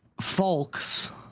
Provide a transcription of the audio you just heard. folks